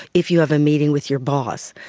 if you have a meeting with your boss,